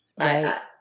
right